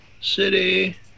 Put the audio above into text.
city